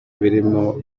birimo